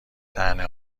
طعنه